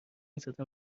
زدم